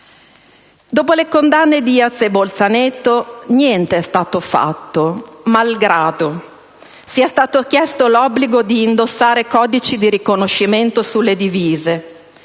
Dopo le condanne di Bolzaneto niente è stato fatto, malgrado sia stato chiesto l'obbligo di indossare codici di riconoscimento sulle divise,